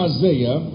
Isaiah